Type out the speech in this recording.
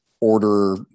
order